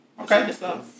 Okay